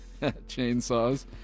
Chainsaws